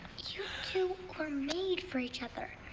you two were made for each other.